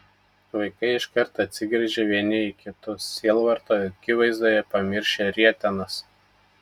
vaikai iškart atsigręžė vieni į kitus sielvarto akivaizdoje pamiršę rietenas